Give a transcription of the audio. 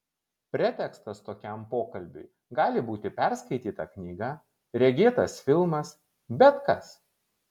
pretekstas tokiam pokalbiui gali būti perskaityta knyga regėtas filmas bet kas